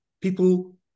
People